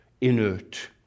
inert